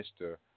Mr